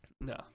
No